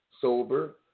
sober